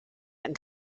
and